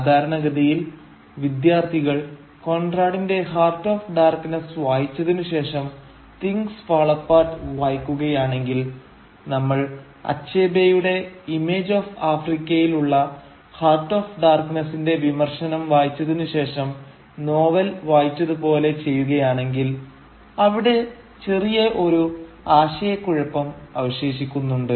സാധാരണ ഗതിയിൽ വിദ്യാർത്ഥികൾ കോൺറാടിന്റെ ഹാർട്ട് ഓഫ് ഡാർക്ക്നസ്സ് വായിച്ചതിനു ശേഷം തിങ്സ് ഫാൾ അപ്പാർട്ട് വായിക്കുകയാണെങ്കിൽ നമ്മൾ അച്ഛബേയുടെ ഇമേജ് ഓഫ് ആഫ്രിക്കയിൽ ഉള്ള ഹാർട്ട് ഓഫ് ഡാർക്നെസ്സിന്റെ വിമർശനം വായിച്ചതിനു ശേഷം നോവൽ വായിച്ചതു പോലെ ചെയ്യുകയാണെങ്കിൽ അവിടെ ചെറിയ ഒരു ആശയക്കുഴപ്പം അവശേഷിക്കുന്നുണ്ട്